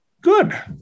Good